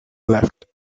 left